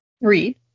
read